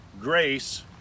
grace